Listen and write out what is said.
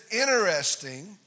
interesting